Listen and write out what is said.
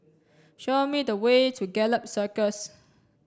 show me the way to Gallop Circus